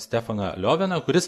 stefaną lioviną kuris